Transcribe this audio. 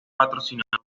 patrocinador